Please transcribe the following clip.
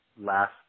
last